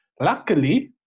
Luckily